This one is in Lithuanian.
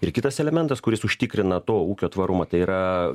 ir kitas elementas kuris užtikrina to ūkio tvarumą tai yra